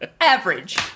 average